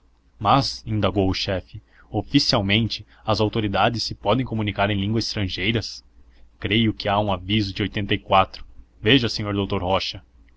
mas indagou o chefe oficialmente as autoridades se podem comunicar em línguas estrangeiras creio que há um aviso de eja senhor doutor rocha